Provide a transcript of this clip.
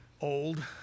old